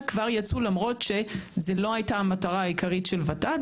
כבר יצאו למרות שזו לא הייתה המטרה העיקרית של ות"ת,